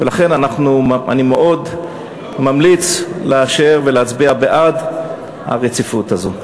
ולכן אני מאוד ממליץ לאשר ולהצביע בעד הרציפות הזאת.